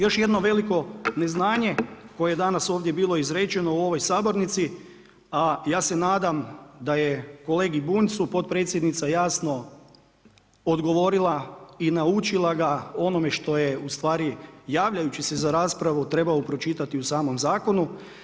Još jedno veliko neznanje koje je danas ovdje bilo izrečeno u ovoj sabornici a ja se nadam da je kolegi Bunjcu potpredsjednica jasno odgovorila i naučila onome što je ustvari javljajući se za raspravu, trebao pročitati u samome zakonu.